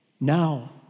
Now